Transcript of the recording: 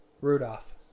Rudolph